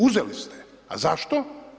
Uzeli ste, a zašto?